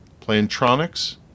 Plantronics